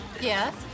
Yes